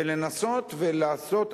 ולנסות ולעשות,